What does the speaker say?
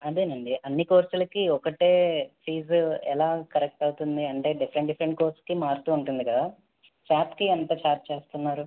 అదేనండీ అన్నీ కోర్సులకు ఒకటే ఫీస్ ఎలా కరెక్ట్ అవుతుంది అంటే డిఫరెంట్ డిఫరెంట్ కోర్సుకి మారుతూ ఉంటుంది కదా శాప్కి ఎంత ఛార్జ్ చేస్తున్నారు